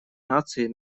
наций